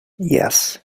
yes